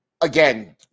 again